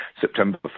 September